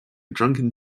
drunken